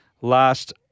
last